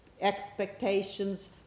expectations